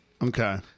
Okay